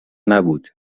نبود